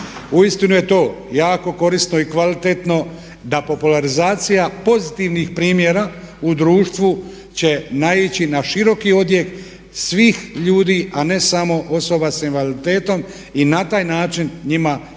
Uistinu je to jako korisno i kvalitetno da popularizacija pozitivnih primjera u društvu će naići na široki odjek svih ljudi a ne samo osoba sa invaliditetom i na taj način njima jako,